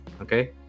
Okay